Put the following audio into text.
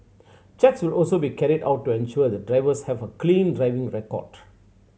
checks will also be carried out to ensure that drivers have a clean driving record